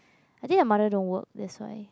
I think her mother don't work that's why